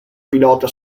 pilota